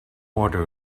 order